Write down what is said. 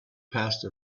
passed